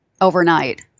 overnight